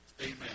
Amen